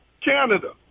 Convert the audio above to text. Canada